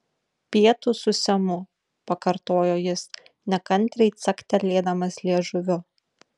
pietūs su semu pakartojo jis nekantriai caktelėdamas liežuviu